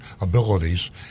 abilities